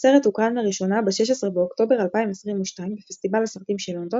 הסרט הוקרן לראשונה ב-16 באוקטובר 2022 בפסטיבל הסרטים של לונדון